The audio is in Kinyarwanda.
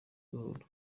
gahoro